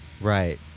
Right